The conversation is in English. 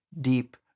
deep